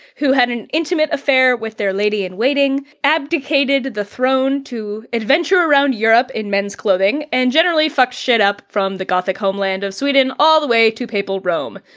who had an intimate affair with their lady in waiting, abdicated the throne to adventure around europe in men's clothing and generally fuck shit up from the gothic homeland of sweden all the way to papal rome,